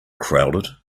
crowded